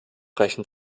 reichen